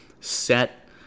set